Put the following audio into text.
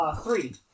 Three